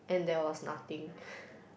and there was nothing